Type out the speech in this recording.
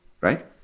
right